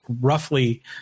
roughly